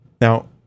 Now